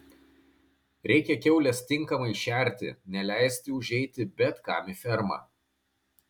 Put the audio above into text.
reikia kiaules tinkamai šerti neleisti užeiti bet kam į fermą